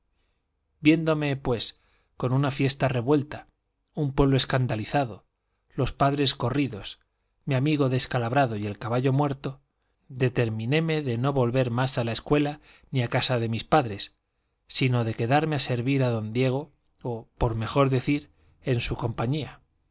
viéndome pues con una fiesta revuelta un pueblo escandalizado los padres corridos mi amigo descalabrado y el caballo muerto determinéme de no volver más a la escuela ni a casa de mis padres sino de quedarme a servir a don diego o por mejor decir en su compañía